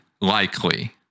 likely